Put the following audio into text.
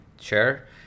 share